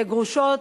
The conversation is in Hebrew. גרושות.